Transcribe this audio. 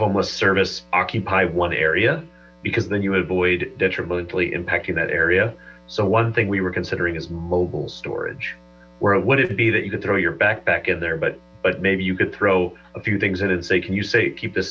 homeless service occupy one area because then you avoid detrimentally impacting that area so one thing we were considering is mobile storage where would it be that you could throw your backpack in there but but maybe you could throw a few things in and say can you say keep the